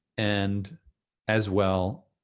and as well,